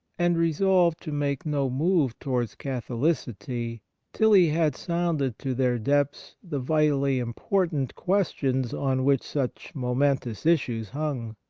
and resolved to make no move towards catholicity till he had sounded to their depths the vitally important questions on which such momentous issues hung.